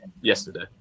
yesterday